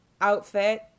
outfit